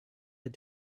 had